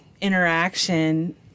interaction